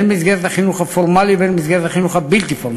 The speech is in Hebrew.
הן במסגרת החינוך הפורמלי והן במסגרת החינוך הבלתי-פורמלי.